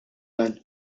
dan